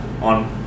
on